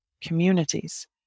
Communities